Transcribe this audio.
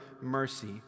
mercy